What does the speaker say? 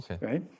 right